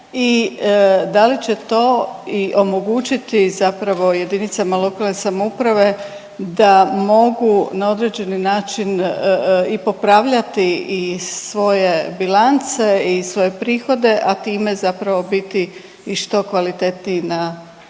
da li će to i omogućiti zapravo jedinicama lokalne samouprave da mogu na određeni način i popravljati i svoje bilance i svoje prihode, a time zapravo biti i što kvalitetniji na